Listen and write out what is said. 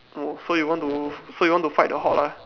no so you want to so you want to fight the hoard ah